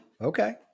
Okay